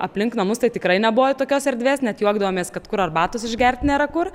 aplink namus tai tikrai nebuvo tokios erdvės net juokdavomės kad kur arbatos išgert nėra kur